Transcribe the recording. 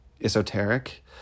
esoteric